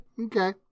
Okay